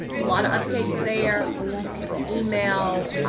lot of updates there. you can email